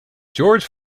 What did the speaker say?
george